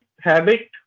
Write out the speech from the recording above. habit